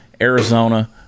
Arizona